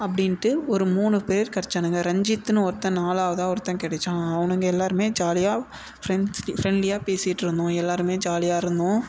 அப்படின்ட்டு ஒரு மூணு பேர் கெடைச்சானுங்க ரஞ்சித்துன்னு ஒருத்தன் நாலாவதாக ஒருத்தன் கெடைச்சான் அவனுங்க எல்லோருமே ஜாலியாக ஃப்ரெண்ட்ஸ் ஃபி ஃப்ரெண்ட்லியாக பேசிட்டுருந்தோம் எல்லோருமே ஜாலியாக இருந்தோம்